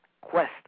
quest